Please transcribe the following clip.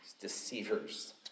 deceivers